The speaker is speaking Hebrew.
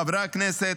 חברי הכנסת,